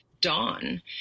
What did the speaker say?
Dawn